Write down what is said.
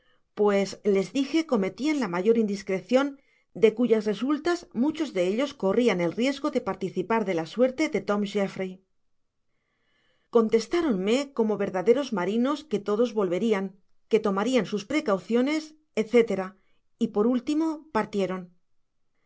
pues les dije cometian la mayor indiscrecion de cuyas resultas muchos de ellos corrian el riesgo de participar de la suerte de tom jeffry contestaronme como verdaderos marinos que todos volverian que tomarian sus precauciones etc y por último partieron